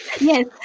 Yes